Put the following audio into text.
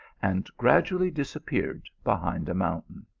and gradually disappeared behind a mountain.